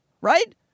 right